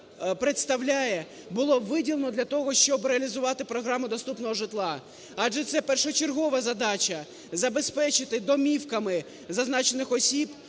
було виділено для того, щоб реалізувати програму доступного житла. Адже це першочергова задача – забезпечити домівками зазначених осіб